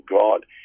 God